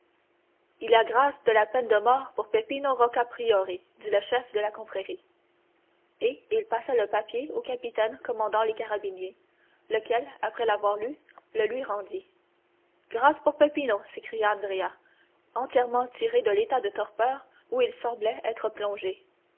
il y a grâce de la peine de mort pour peppino rocca priori dit le chef de la confrérie et il passa le papier au capitaine commandant les carabiniers lequel après l'avoir lu le lui rendit grâce pour peppino s'écria andrea entièrement tiré de l'état de torpeur où il semblait être plongé